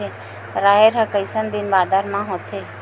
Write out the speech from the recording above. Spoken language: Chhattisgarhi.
राहेर ह कइसन दिन बादर म होथे?